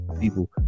people